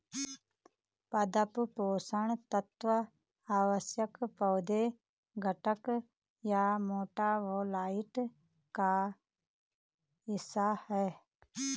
पादप पोषण तत्व आवश्यक पौधे घटक या मेटाबोलाइट का हिस्सा है